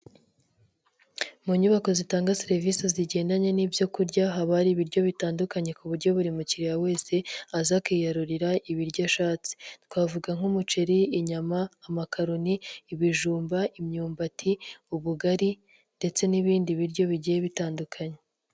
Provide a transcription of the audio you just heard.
Mu nyubako zitanga serivisi zigendanye n'ibyo kurya, haba ibiryo bitandukanye ku buryo buri mukiriya wese aza akiyarurira ibiryo ashatse. Twavuga nk'umuceri, inyama, amakaroni, ibijumba, imyumbati, ubugari ndetse n'ibindi biryo bigiye bitandukanye.